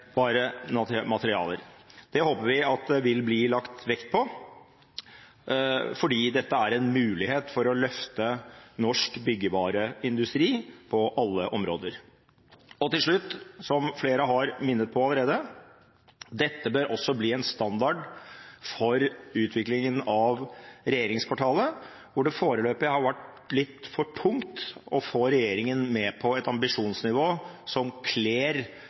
Det håper vi at det vil bli lagt vekt på, for dette er en mulighet til å løfte norsk byggevareindustri på alle områder. Til slutt, som flere har minnet om allerede: Dette bør også bli en standard for utviklingen av regjeringskvartalet, hvor det foreløpig har vært litt for tungt å få regjeringen med på et ambisjonsnivå som kler